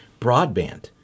Broadband